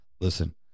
Listen